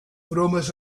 bromes